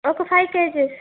ఒక five kgs